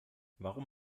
warum